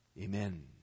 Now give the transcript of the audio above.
Amen